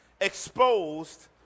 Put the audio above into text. exposed